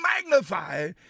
magnify